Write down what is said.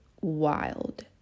wild